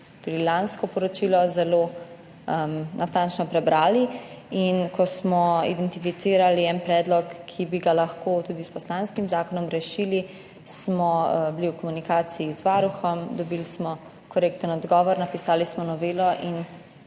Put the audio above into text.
tudi lansko poročilo zelo natančno prebrali. Ko smo identificirali en predlog, ki bi ga lahko tudi s poslanskim zakonom rešili, smo bili v komunikaciji z Varuhom, dobili smo korekten odgovor, napisali smo novelo in